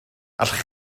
allech